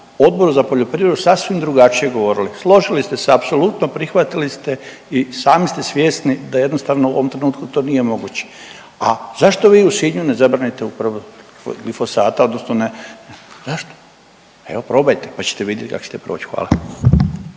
odboru za poljoprivredu sasvim drugačije govorili. Složili ste se apsolutno, prihvatili ste i sami ste svjesni da jednostavno u ovom trenutku to nije moguće, a zašto vi u Sinju ne zabranite uporabu glifosata, odnosno ne, zašto? Evo probajte pa ćete vidjeti kako ćete proći. Hvala.